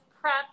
prep